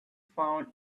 found